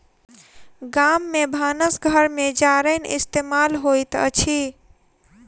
गाम में भानस घर में जारैन इस्तेमाल होइत अछि